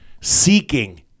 Seeking